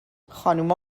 خانوما